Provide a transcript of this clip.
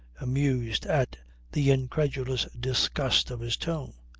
amused at the incredulous disgust of his tone.